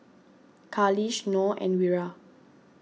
Khalish Noh and Wira